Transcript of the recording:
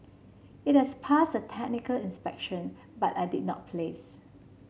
it has passed the technical inspection but I did not place